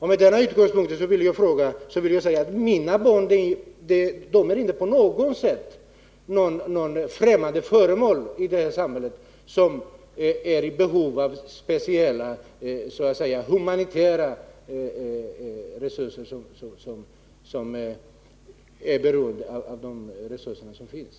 Med detta som utgångspunkt vill jag säga att mina barn inte på något sätt utgör främmande element i det här samhället som är i behov av speciella humanitära insatser, vilka blir beroende av de resurser som finns.